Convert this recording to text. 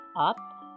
up